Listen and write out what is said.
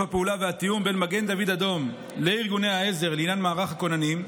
והתיאום בין מגן דוד אדום לארגוני העזר לעניין מערך הכוננים,